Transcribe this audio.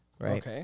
Right